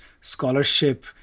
scholarship